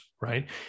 right